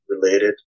related